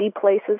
places